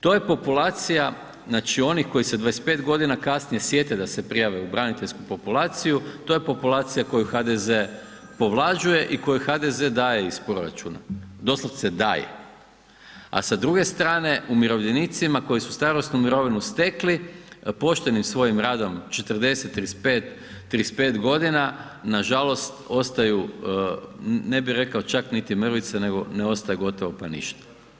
To je populacija znači onih koji se 25.g. kasnije sjete da se prijave u braniteljsku populaciju, to je populacija koju HDZ povlađuje i kojoj HDZ daje iz proračuna, doslovce daje, a sa druge strane umirovljenicima koji su starosnu mirovinu stekli poštenim svojim radom 40., 35., 35.g. nažalost ostaju, ne bi rekao čak niti mrvice, ne ostaje gotovo pa ništa.